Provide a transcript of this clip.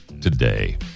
today